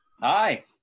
Hi